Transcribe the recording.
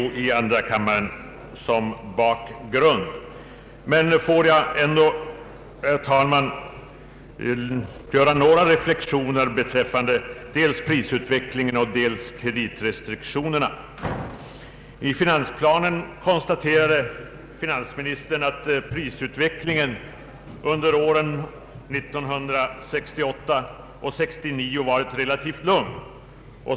Låt mig ändå göra några reflexioner beträffande dels prisutvecklingen, dels kreditrestriktionerna. I finansplanen konstaterade finansministern att prisutvecklingen under åren 1968 och 1969 varit relativt lugn.